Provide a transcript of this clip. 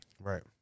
Right